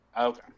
okay